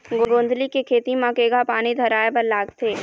गोंदली के खेती म केघा पानी धराए बर लागथे?